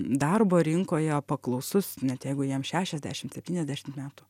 darbo rinkoje paklausus net jeigu jam šešiasdešimt septyniasdešimt metų